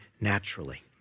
naturally